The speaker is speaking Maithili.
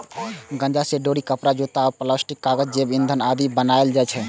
गांजा सं डोरी, कपड़ा, जूता, बायोप्लास्टिक, कागज, जैव ईंधन आदि बनाएल जाइ छै